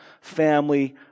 family